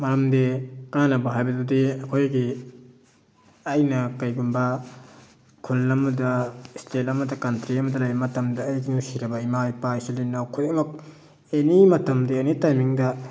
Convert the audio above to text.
ꯃꯔꯝꯗꯤ ꯀꯥꯅꯕ ꯍꯥꯏꯕꯗꯨꯗꯤ ꯑꯩꯈꯣꯏꯒꯤ ꯑꯩꯅ ꯀꯩꯒꯨꯝꯕ ꯈꯨꯜ ꯑꯃꯗ ꯏꯁꯇꯦꯠ ꯑꯃꯗ ꯀꯟꯇ꯭ꯔꯤ ꯑꯃꯗ ꯂꯩꯕ ꯃꯇꯝꯗ ꯑꯩꯒꯤ ꯅꯨꯡꯁꯤꯖꯔꯕ ꯏꯃꯥ ꯏꯄꯥ ꯏꯆꯤꯟ ꯏꯅꯥꯎ ꯈꯨꯗꯤꯡꯃꯛ ꯑꯦꯅꯤ ꯃꯇꯝꯗ ꯑꯦꯅꯤ ꯇꯥꯏꯃꯤꯡꯗ